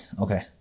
okay